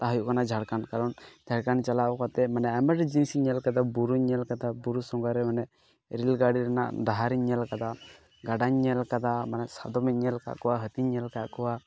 ᱚᱱᱟ ᱦᱩᱭᱩᱜ ᱠᱟᱱᱟ ᱡᱷᱟᱲᱠᱷᱚᱸᱰ ᱠᱟᱨᱚᱱ ᱡᱷᱟᱲᱠᱷᱚᱸᱰ ᱪᱟᱞᱟᱣ ᱠᱟᱛᱮᱫ ᱢᱟᱱᱮ ᱟᱭᱢᱟ ᱡᱤᱱᱤᱥᱤᱧ ᱧᱮᱞ ᱠᱟᱫᱟ ᱵᱩᱨᱩᱧ ᱧᱮᱞ ᱟᱠᱟᱫᱟ ᱵᱩᱨᱩ ᱥᱚᱸᱜᱷᱟᱨᱮ ᱢᱟᱱᱮ ᱨᱮᱞ ᱜᱟᱲᱤ ᱨᱮᱱᱟᱜ ᱰᱟᱦᱟᱨᱤᱧ ᱧᱮᱞ ᱟᱠᱟᱫᱟ ᱜᱟᱰᱟᱧ ᱧᱮᱞ ᱟᱠᱟᱫᱟ ᱢᱟᱱᱮ ᱥᱟᱫᱚᱢᱤᱧ ᱧᱮᱞ ᱟᱠᱟᱜ ᱠᱚᱣᱟ ᱦᱟᱹᱛᱤᱧ ᱧᱮᱞᱠᱟᱜ ᱠᱚᱣᱟ